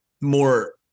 more